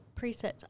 Presets